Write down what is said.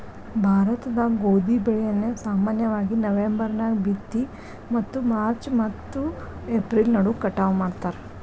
ಭಾರತದಾಗ ಗೋಧಿ ಬೆಳೆಯನ್ನ ಸಾಮಾನ್ಯವಾಗಿ ನವೆಂಬರ್ ನ್ಯಾಗ ಬಿತ್ತಿ ಮತ್ತು ಮಾರ್ಚ್ ಮತ್ತು ಏಪ್ರಿಲ್ ನಡುವ ಕಟಾವ ಮಾಡ್ತಾರ